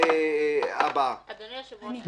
אדוני היושב-ראש,